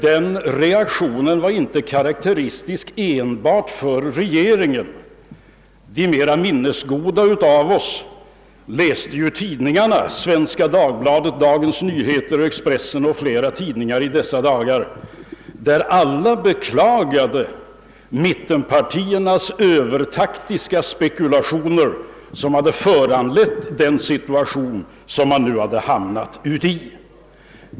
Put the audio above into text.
Den var inte karakteristisk enbart för regeringen; de mer minnesgoda av oss minns att vi i dessa dagar läste i tidningarna — Svenska Dagbladet, Dagens Nyheter, Expressen och flera andra — att alla beklagade mit tenpartiernas övertaktiska spekulationer som föranlett den situation som man hamnat i.